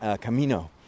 Camino